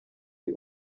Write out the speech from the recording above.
ari